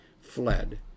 fled